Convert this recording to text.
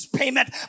payment